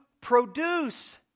produce